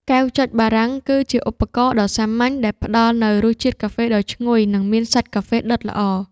កែវចុចបារាំង គឺជាឧបករណ៍ដ៏សាមញ្ញដែលផ្ដល់នូវរសជាតិកាហ្វេដ៏ឈ្ងុយ និងមានសាច់កាហ្វេដិតល្អ។